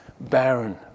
barren